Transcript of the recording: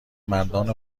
مردان